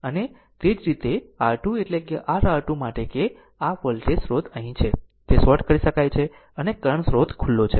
અને તે જ રીતે R2 કે r R2 માટે કે આ એક વોલ્ટેજ સ્રોત અહીં છે તે શોર્ટ કરી શકાય છે અને કરંટ સ્રોત ખુલ્લો છે